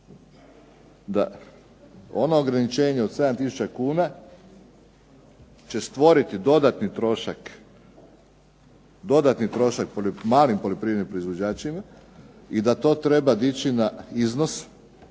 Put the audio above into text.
da ono ograničenje od 7 tisuća kuna, će stvoriti dodatni trošak malim poljoprivrednim proizvođačima i da to treba dići na iznos